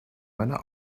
meiner